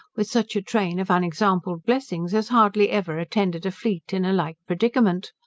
with such a train of unexampled blessings as hardly ever attended a fleet in a like predicament.